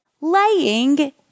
laying